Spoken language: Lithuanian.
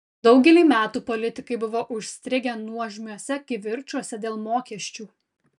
daugelį metų politikai buvo užstrigę nuožmiuose kivirčuose dėl mokesčių